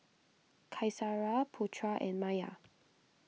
Qaisara Putra and Maya